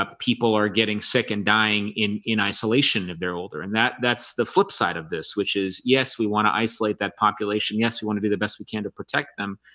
ah people are getting sick and dying in in isolation if they're older and that that's the flip side of this which is yes we want to isolate that population? yes, we want to do the best we can to protect them,